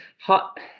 hot